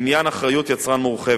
לעניין אחריות יצרן מורחבת: